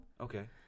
Okay